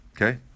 okay